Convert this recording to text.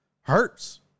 hurts